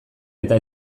eta